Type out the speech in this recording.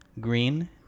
Green